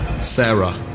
Sarah